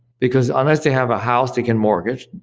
because unless they have a house they can mortgage.